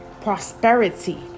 prosperity